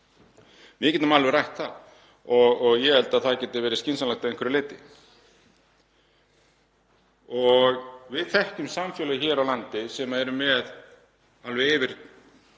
Við getum alveg rætt það og ég held að það geti verið skynsamlegt að einhverju leyti. Við þekkjum samfélög hér á landi þar sem yfir